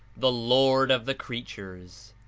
the lord of the creatures.